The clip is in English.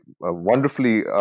wonderfully